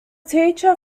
teacher